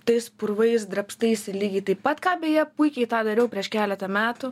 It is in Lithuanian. tais purvais drabstaisi lygiai taip pat ką beje puikiai tą dariau prieš keletą metų